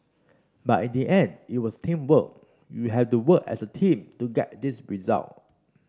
but in the end it was teamwork you have to work as a team to get this result